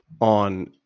on